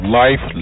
life